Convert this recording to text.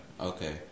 Okay